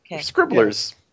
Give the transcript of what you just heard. Scribblers